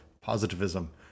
positivism